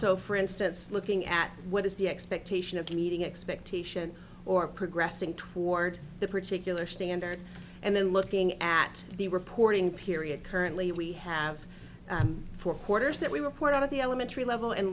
so for instance looking at what is the expectation of meeting expectation or progressing toward the particular standard and then looking at the reporting period currently we have four quarters that we were quite out of the elementary level and